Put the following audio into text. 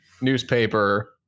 newspaper